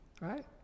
Right